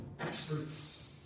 experts